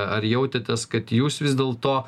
ar jautėtės kad jūs vis dėlto